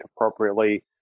appropriately